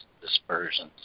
dispersions